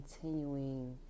continuing